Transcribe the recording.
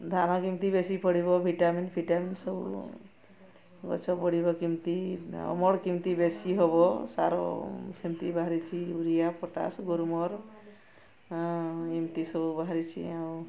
ଧାନ କେମିତି ବେଶୀ ପଡ଼ିବ ଭିଟାମିନ୍ ଫିଟାମିନ୍ ସବୁ ଗଛ ବଡ଼ିବ କେମିତି ଅମଳ କେମିତି ବେଶୀ ହେବ ସାର ସେମିତି ବାହାରିଛି ୟୁରିଆ ପଟାସ୍ ଗୋମ୍ର ଏମିତି ସବୁ ବାହାରିଛି ଆଉ